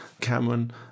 Cameron